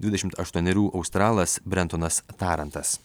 dvidešimt aštuonerių australas brentonas tarantas